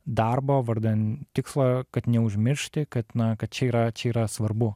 darbo vardan tikslo kad neužmiršti kad na kad čia yra čia yra svarbu